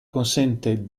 consente